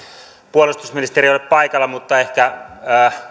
ole paikalla mutta ehkä